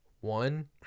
One